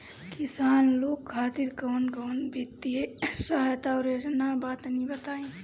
किसान लोग खातिर कवन कवन वित्तीय सहायता और योजना बा तनि बताई?